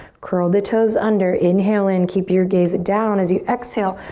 curl the toes under inhale in, keep your gaze down. as you exhale,